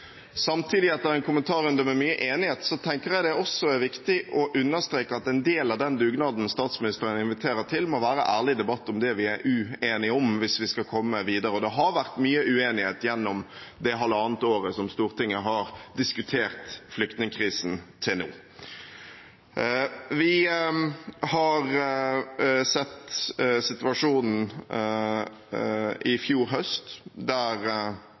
Samtidig, etter en kommentarrunde med mye enighet, tenker jeg det også er viktig å understreke at en del av den dugnaden statsministeren inviterer til, må være ærlig debatt om det vi er uenige om, hvis vi skal komme videre. Det har vært mye uenighet gjennom det halvannet året som Stortinget har diskutert flyktningkrisen, til nå. Vi har sett situasjonen i fjor høst,